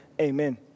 amen